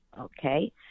Okay